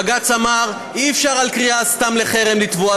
בג"ץ אמר: אי-אפשר על סתם קריאה לחרם לתבוע,